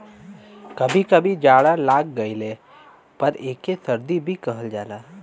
कभी कभी जाड़ा लाग गइले पर एके सर्दी भी कहल जाला